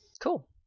cool